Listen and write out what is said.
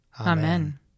Amen